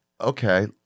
Okay